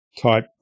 type